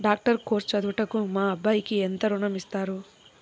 Doctor course చదువుటకు మా అబ్బాయికి ఎంత ఋణం ఇస్తారు?